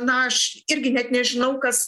na aš irgi net nežinau kas